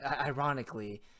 ironically